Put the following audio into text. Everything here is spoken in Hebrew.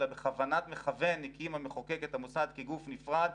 אלא בכוונת מכוון הקים המחוקק את המוסד כגוף נפרד,